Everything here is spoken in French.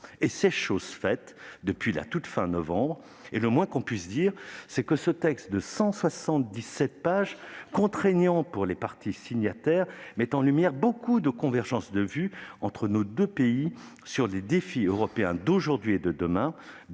Or c'est chose faite depuis la fin du mois de novembre et le moins que l'on puisse dire, c'est que ce texte de 177 pages, contraignant pour ses parties signataires, met en lumière bien des convergences de vue entre nos deux pays sur les défis européens d'aujourd'hui et de demain,